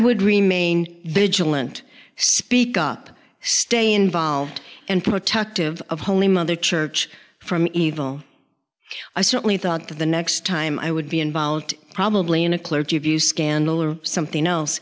would remain vigilant speak up stay involved and protective of holy mother church from evil i certainly thought that the next time i would be involved probably in a clergy abuse scandal or something else